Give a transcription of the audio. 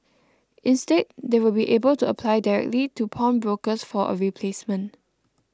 instead they will be able to apply directly to pawnbrokers for a replacement